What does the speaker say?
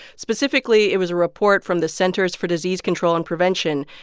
specifically, it was a report from the centers for disease control and prevention,